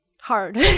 Hard